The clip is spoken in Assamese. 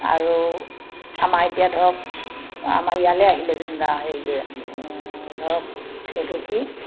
আৰু আমাৰ এতিয়া ধৰক আমাৰ ইয়ালে আহিলে যেনিবা হেৰি ধৰক এইটো কি